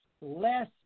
less